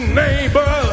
neighbor